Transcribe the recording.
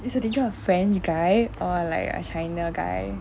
is the teacher a french guy or like a china guy